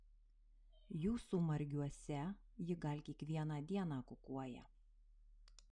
jūsų margiuose ji gal kiekvieną dieną kukuoja